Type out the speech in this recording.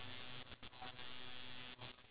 ya true